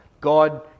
God